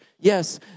Yes